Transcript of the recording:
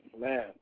Man